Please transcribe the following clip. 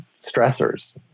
stressors